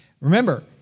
remember